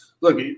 Look